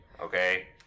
okay